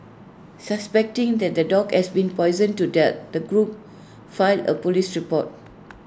suspecting that the dog has been poisoned to death the group filed A Police report